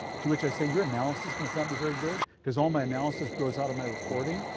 to which i say your analysis must not be very good because all my analysis grows out of my reporting.